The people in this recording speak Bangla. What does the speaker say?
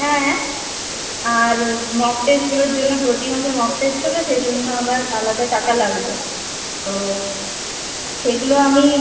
হ্যাঁ আর মক টেস্টগুলোর জন্য প্রতি মাসে মক টেস্ট হবে সেই জন্য আবার আলাদা টাকা লাগবে তো সেইগুলো আমি